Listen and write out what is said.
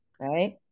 Right